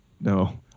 No